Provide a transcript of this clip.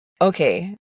Okay